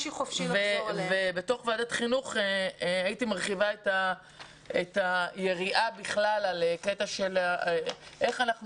וזה המקום להרחיב את היריעה בסוגיה של איך אנחנו